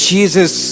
Jesus